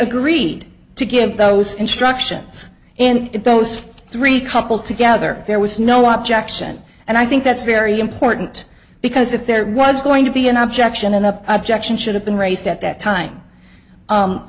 agreed to give those instructions and those three coupled together there was no objection and i think that very important because if there was going to be an objection enough objection should have been raised at that time